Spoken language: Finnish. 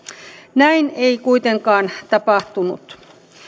näin ei kuitenkaan tapahtunut